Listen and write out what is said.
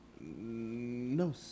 no